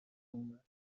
اومد